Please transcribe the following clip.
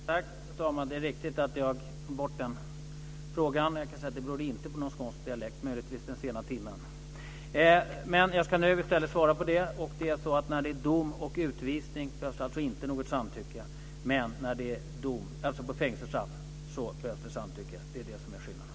Fru talman! Det är riktigt att jag glömde bort den frågan. Det berodde inte på någon skånsk dialekt - möjligtvis den sena timmen. Jag ska nu svara på frågan. När det är fråga om dom om fängelsestraff och utvisning behövs det inte något samtycke, men när det är fråga om fängelsestraff behövs det samtycke. Det är det som är skillnaden.